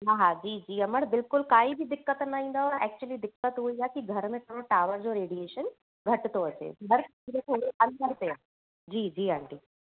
हा हा जी जी अमड़ि बिल्कुलु काई बि दिक़त न ईंदव एक्चुली दिक़त उहो ई आहे की घर में थोरो टावर जो रेडीएशन घटि थो अचे घरु थोरो अंदरि ते आहे जी जी आंटी